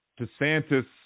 DeSantis